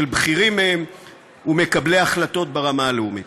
בכירים מהם ומקבלי החלטות ברמה הלאומית.